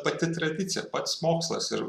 pati tradicija pats mokslas ir